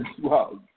Wow